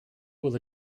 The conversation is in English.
will